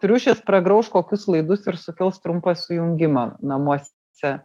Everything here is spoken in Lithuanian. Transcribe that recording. triušis pragrauš kokius laidus ir sukels trumpą sujungimą namuose